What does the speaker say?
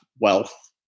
wealth